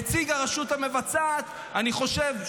נציג הרשות המבצעת אני חושב,